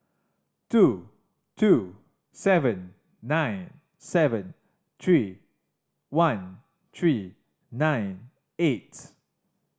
two two seven nine seven three one three nine eight